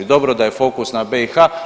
Dobro da je fokus na BiH.